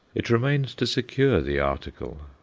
it remains to secure the article,